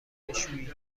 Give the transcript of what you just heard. بشویید